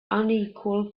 unequal